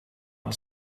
are